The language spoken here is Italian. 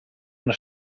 una